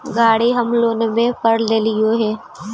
गाड़ी हम लोनवे पर लेलिऐ हे?